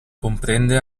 comprende